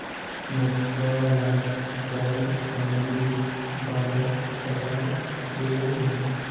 मछुवालाक जाल सामग्रीर बारे बताल गेले